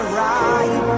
right